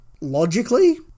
logically